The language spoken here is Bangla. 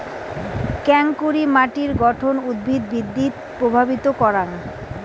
কেঙকরি মাটির গঠন উদ্ভিদ বৃদ্ধিত প্রভাবিত করাং?